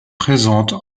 présentes